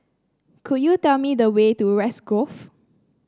could you tell me the way to West Grove